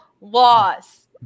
loss